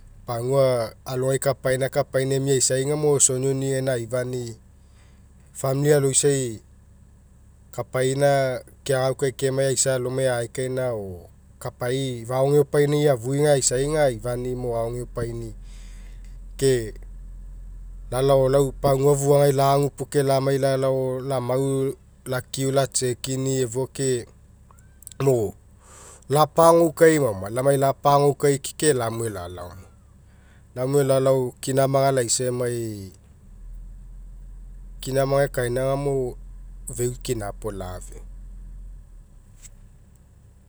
Pagua alogau kapaina kapauno emai aisa agamo isonioni gaina aifani'i, famili aloisai kapaina keagaukae kemai aisa alomai kapaina aekaina o kapai'i faogeopani'i afui aga oisai aga aifani'i mo aogepani'i ke lalao lau pagia fuagai lagu puo ke lamai lalao lau amau lau akiu a check in'i efua ke mo lapagouka, maoma kunai iapagoukai keke lamue lalao, lamue lalao kinamaga laisa emai kina maga ekaina peu kinapuo lafeu.